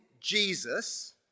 Jesus